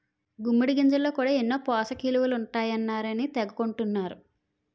గుమ్మిడి గింజల్లో కూడా ఎన్నో పోసకయిలువలు ఉంటాయన్నారని తెగ కొంటన్నరు